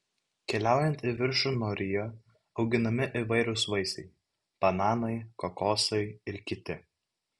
keliaujant į viršų nuo rio auginami įvairūs vaisiai bananai kokosai ir kiti